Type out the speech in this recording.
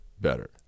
better